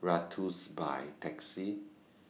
Ratus By Taxi